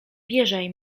wierzaj